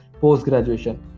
post-graduation